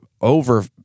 over